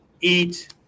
Eat